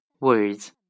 words